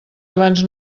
abans